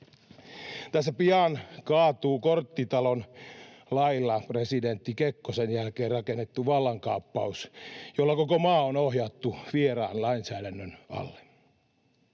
Tässä pian kaatuu korttitalon lailla presidentti Kekkosen jälkeen rakennettu vallankaap-paus, jolla koko maa on ohjattu vieraan lainsäädännön alle.